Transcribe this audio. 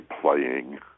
playing